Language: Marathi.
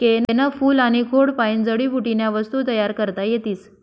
केयनं फूल आनी खोडपायीन जडीबुटीन्या वस्तू तयार करता येतीस